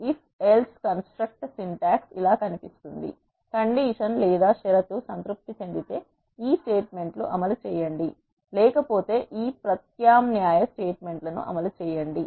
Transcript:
కాబట్టి if else construct syntax ఇలా కనిపిస్తుంది కండీషన్ లేదా షరతు సంతృప్తి చెందితే ఈ స్టేట్మెంట్లు అమలు చేయండి లేకపోతే ఈ ప్రత్యామ్నాయ స్టేట్మెంట్లను అమలు చేయండి